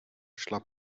šla